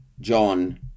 John